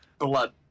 Blood